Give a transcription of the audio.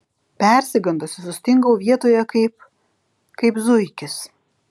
persigandusi sustingau vietoje kaip kaip zuikis